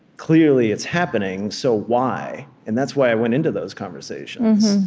clearly, it's happening so, why? and that's why i went into those conversations.